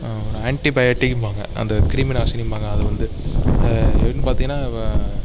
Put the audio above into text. ஆன்ட்டிபயாடிக்ம்பாங்க அந்த கிருமிநாசினிம்பாங்க அதை வந்து எப்படினு பார்த்திங்கன்னா